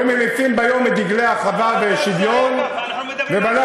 היו מניפים ביום דגלי אחווה ושוויון ובלילה